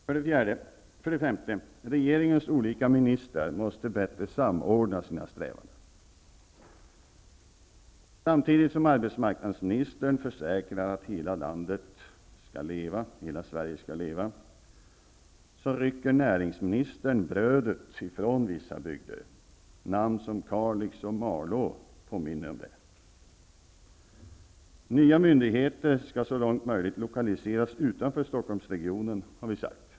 För det femte: Regeringens olika ministrar måste bättre samordna sina strävanden. Samtidigt som arbetsmarknadsministern försäkrar att hela Sverige skall leva, så rycker näringsministern brödet ifrån vissa bygder. Namn som Kalix och Malå påminner om det. Nya myndigheter skall så långt som möjligt lokaliseras utanför Stockholmsregionen har vi sagt.